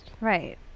right